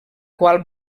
qual